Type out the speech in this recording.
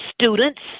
students